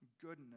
goodness